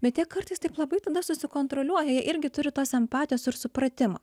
bet jie kartais taip labai tada susikontroliuoja jie irgi turi tos empatijos ir supratimo